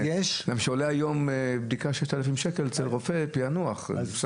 היום בדיקה אצל רופא, פענוח, עולה 6,000 שקל.